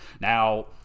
Now